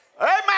Amen